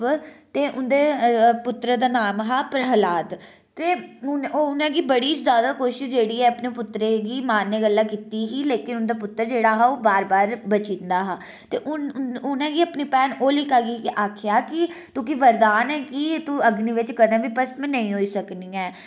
ते उं'दे पुत्र दा नाम हा प्रह्लाद ते उ'नें गी बड़ी जादा कोशिश जेह्ड़ी ऐ अपने पुत्रै गी मारने गल्ला कीती ही लेकिन उं'दा पुत्र जेह्ड़ा हा ओह् बार बार बची जंदा हा ते उ'नें गी अपनी भैन होलिका गी आखेआ की तुगी वरदान ऐ की तू अग्नि बिच कदें बी भस्म नेईं होई सकनी ऐ